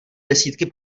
desítky